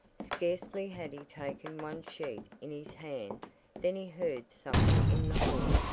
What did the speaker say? scarcely had he taken one sheet in his hand than he heard something in the hall.